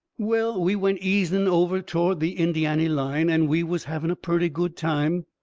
well, we went easing over toward the indiany line, and we was having a purty good time.